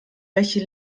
welche